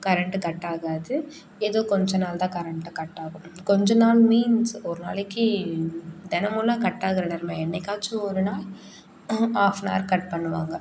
current cut ஆகாது ஏதோ கொஞ்சம் நாள் தான் கரண்ட்டு கட் ஆகும் கொஞ்சம் நாள் மீன்ஸ் ஒரு நாளைக்கு தினமுலாம் கட் ஆகிற நெலமை இல்லை என்றைக்காச்சும் ஒரு நாள் ஹாஃப் அண்ட் ஹவர் கட் பண்ணுவாங்க